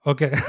Okay